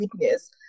witness